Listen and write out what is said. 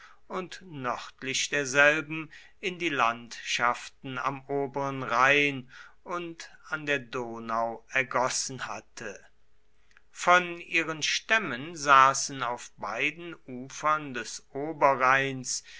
und nördlich derselben in die landschaften am oberen rhein und an der donau ergossen hatte von ihren stämmen saßen auf beiden ufern des oberrheins